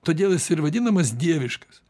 todėl jis ir vadinamas dieviškas